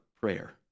prayer